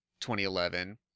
2011